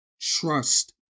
trust